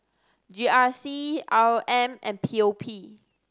G R C R O M and P O P